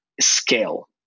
scale